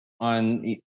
on